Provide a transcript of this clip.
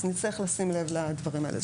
אז נצטרך לשים לב לדברים האלה.